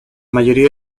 mayoría